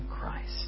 Christ